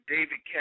David